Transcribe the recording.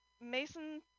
Mason